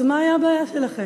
אז מה הייתה הבעיה שלכם?